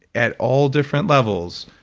at all different levels,